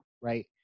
right